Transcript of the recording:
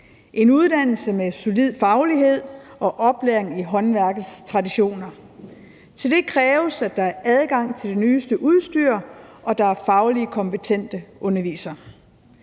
en uddannelse med solid faglighed og oplæring i håndværkets traditioner. Til det kræves, at der er adgang til det nyeste udstyr, og at der er fagligt kompetente undervisere.